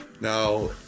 Now